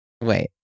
Wait